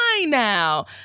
now